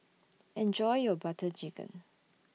Enjoy your Butter Chicken